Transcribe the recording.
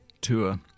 tour